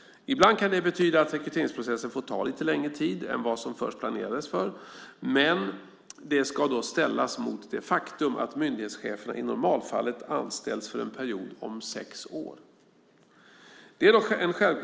Ibland kan det betyda att rekryteringsprocessen får ta lite längre tid än vad som först planerades för, men det ska då ställas mot det faktum att myndighetscheferna i normalfallet anställs för en period om sex år.